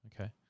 Okay